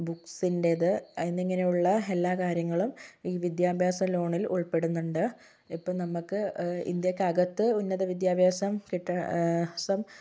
ബൂകസിന്റേത് എന്നിങ്ങനെയുള്ള എല്ലാ കാര്യങ്ങളും ഈ വിദ്യാഭ്യാസ ലോണിൽ ഉൾപ്പെടുന്നുണ്ട് ഇപ്പം നമുക്ക് ഇന്ത്യക്ക് അകത്ത് ഉന്നത വിദ്യാഭ്യാസം കിട്ട